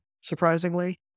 surprisingly